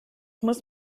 muss